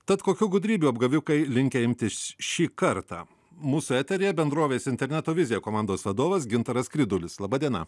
tad kokių gudrybių apgavikai linkę imtis šį kartą mūsų eteryje bendrovės interneto vizija komandos vadovas gintaras skridulis laba diena